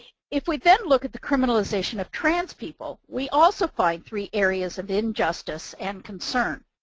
if we then look at the criminalization of trans people, we also find three areas of injustice and concern.